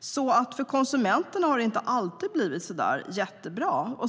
För konsumenterna har det alltså inte alltid blivit så där jättebra.